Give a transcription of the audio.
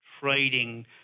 trading